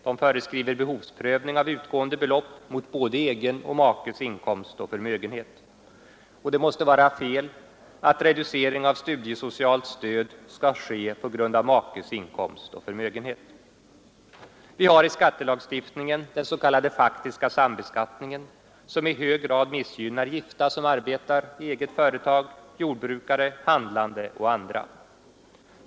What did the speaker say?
De föreskriver behovsprövning av utgående belopp mot både egen och makes inkomst och förmögenhet. Det måste vara fel att reducering av studiesocialt stöd skall ske på grund av makes inkomst och förmögenhet. Vi har i skattelagstiftningen den s.k. faktiska sambeskattningen som i hög grad missgynnar gifta som arbetar i eget företag, jordbrukare, handlande och andra.